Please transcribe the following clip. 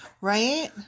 Right